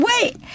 Wait